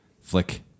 Flick